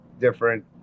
different